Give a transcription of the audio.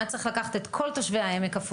היה צריך לקחת את כל תושבי עפולה